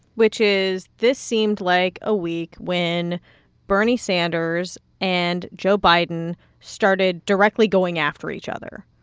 which is this seemed like a week when bernie sanders and joe biden started directly going after each other.